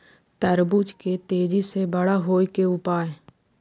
तरबूज के तेजी से बड़ा होय के उपाय?